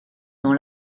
dans